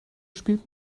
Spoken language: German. spielt